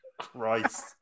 Christ